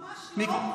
ממש לא.